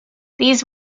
these